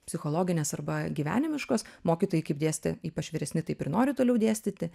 psichologinės arba gyvenimiškos mokytojai kaip dėstė ypač vyresni taip ir nori toliau dėstyti